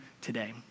today